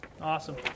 Awesome